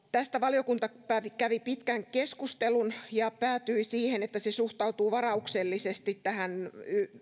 tästä valiokunta kävi kävi pitkän keskustelun ja päätyi siihen että se suhtautuu varauksellisesti tähän